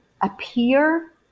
appear